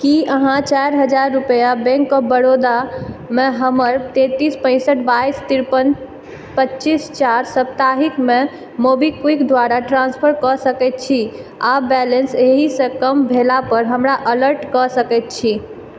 की अहाँ चारि हजार रुपैआ बैंक ऑफ बड़ौदामे हमर तैँतिस पैँसठि बाइस तिरपन पच्चीस चारि साप्ताहिकमे मोबीक्विक द्वारा ट्राँस्फर कऽ सकैत छी आ बैलेंस एहिसँ कम भेलापर हमरा अलर्ट कऽ सकैत छी